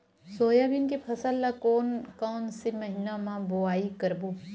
Soybean के फसल ल कोन कौन से महीना म बोआई करबो?